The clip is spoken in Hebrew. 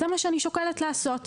זה מה שאני שוקלת לעשות,